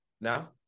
now